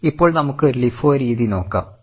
ഇപ്പോൾ നമുക്ക് LIFO രീതി നോക്കാം